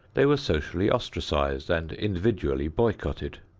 they were socially ostracized and individually boycotted.